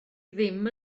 ddim